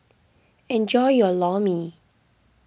enjoy your Lor Mee